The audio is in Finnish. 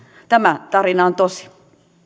tämä tarina on tosi